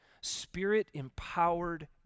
Spirit-empowered